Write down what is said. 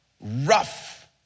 rough